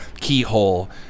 keyhole